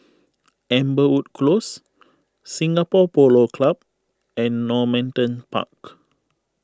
Amberwood Close Singapore Polo Club and Normanton Park